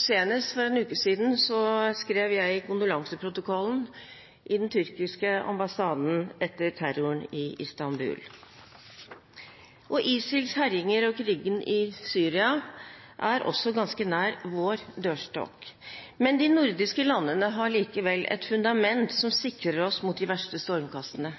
Senest for en uke siden skrev jeg i kondolanseprotokollen i den tyrkiske ambassaden etter terroren i Istanbul. ISILs herjinger og krigen i Syria er også ganske nær vår dørstokk. De nordiske landene har likevel et fundament som sikrer oss mot de verste stormkastene.